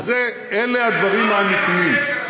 אז אלה הדברים האמיתיים.